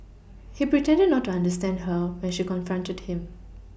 he pretended not to understand her when she confronted him